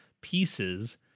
pieces